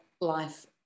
life